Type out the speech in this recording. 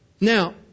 Now